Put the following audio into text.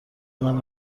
اینقدر